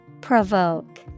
Provoke